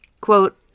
Quote